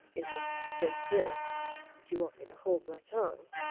if it's just this that you want me to hold my tongue